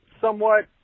somewhat